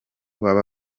baba